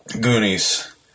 Goonies